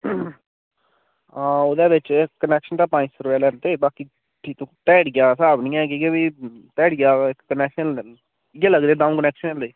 हां ओह्दे बिच कनैक्शन दा पंज सौ रपेआ लैंदे बाकी ध्याड़िया स्हाब निं ऐ की के ध्याड़ियै दा कनैक्शन इ'यै लगदे द'ऊं कनैक्शन लगदे